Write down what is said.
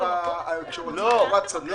היכן הם רוצים להיקבר?